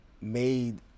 made